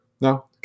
No